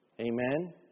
Amen